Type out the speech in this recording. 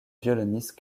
violoniste